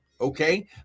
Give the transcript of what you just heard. Okay